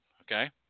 okay